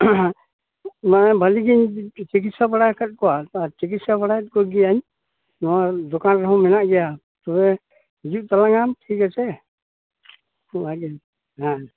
ᱢᱟᱱᱮ ᱵᱷᱟᱹᱞᱤ ᱜᱮᱧ ᱪᱤᱠᱤᱥᱟ ᱵᱟᱲᱟ ᱟᱠᱟᱫ ᱠᱚᱣᱟ ᱟᱨ ᱪᱤᱠᱤᱥᱟ ᱵᱟᱲᱟᱭᱮᱫ ᱠᱚᱜᱮᱭᱟᱹᱧ ᱱᱚᱣᱟ ᱫᱚᱠᱟᱱ ᱨᱮᱦᱚᱸ ᱢᱮᱱᱟᱜ ᱜᱮᱭᱟ ᱛᱚᱵᱮ ᱦᱤᱡᱩᱜ ᱛᱟᱞᱟᱝ ᱟᱢ ᱴᱷᱤᱠ ᱟᱪᱷᱮ ᱛᱳ ᱚᱱᱟ ᱜᱮ ᱦᱮᱸ